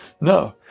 no